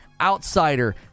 outsider